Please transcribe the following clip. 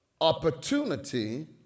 Opportunity